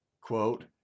quote